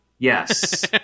Yes